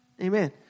Amen